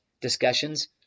discussions